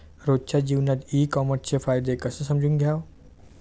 रोजच्या जीवनात ई कामर्सचे फायदे कसे समजून घ्याव?